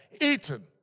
eaten